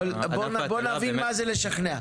בוא נבין מה זה לשכנע.